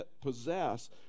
possess